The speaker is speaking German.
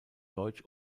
deutsch